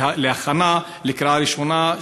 להכנה לקריאה ראשונה,